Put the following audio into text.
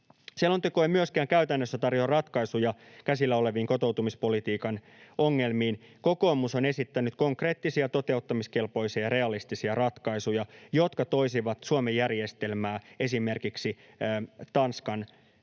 Selonteko ei myöskään käytännössä tarjoa ratkaisuja käsillä oleviin kotoutumispolitiikan ongelmiin. Kokoomus on esittänyt konkreettisia, toteuttamiskelpoisia ja realistisia ratkaisuja, jotka toisivat Suomen järjestelmää esimerkiksi Tanskan tasolle.